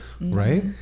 Right